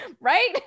Right